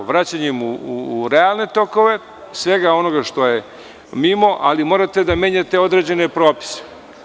Vraćanjem u realne tokove svega onoga što je mimo, ali morate da menjate određene propise.